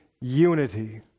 unity